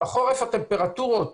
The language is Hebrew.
בחורף הטמפרטורות